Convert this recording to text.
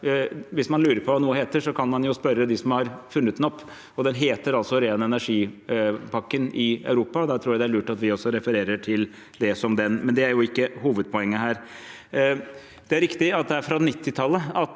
Hvis man lurer på hva noe heter, kan man jo spørre dem som har funnet det opp. Den heter altså ren energi-pakken i Europa, og da tror jeg det er lurt at vi også refererer til den som det. Men det er jo ikke hovedpoenget her. Det er riktig at det var på 1990-tallet